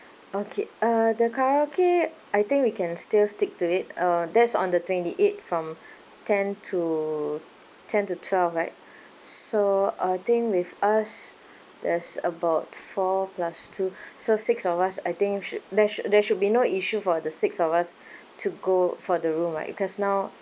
okay uh the karaoke I think we can still stick to it uh that's on the twenty eighth from ten to ten to twelve right so I think with us there's about four plus two so six of us I think should there should there should be no issue for the six of us to go for the room right because now